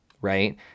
right